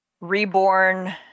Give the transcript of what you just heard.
Reborn